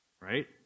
Right